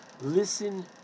listen